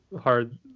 hard